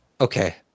Okay